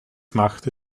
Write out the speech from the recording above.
machte